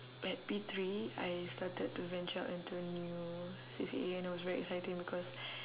at P three I started to venture out into a new C_C_A and it was very exciting because